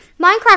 Minecraft